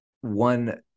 one